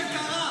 תגיד.